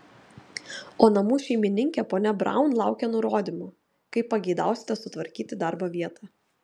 o namų šeimininkė ponia braun laukia nurodymų kaip pageidausite sutvarkyti darbo vietą